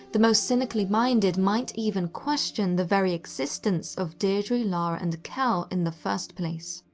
the most cynically minded might even question the very existence of deidre, lara and cal in the first place.